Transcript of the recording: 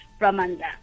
Ramanda